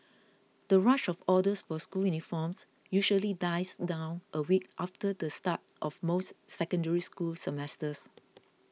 the rush of orders for school uniforms usually dies down a week after the start of most Secondary School semesters